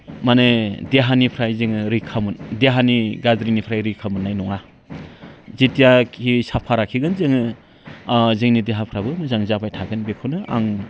माने देहानिफ्राय जोङो रैखा देहानि गाज्रिनिफ्राय रैखा मोननाय नङा जितियाकि साफा लाखिगोन जोङो जोंनि देहाफ्राबो मोजां जाबाय थागोन बेखौनो आं